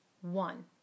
One